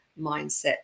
mindset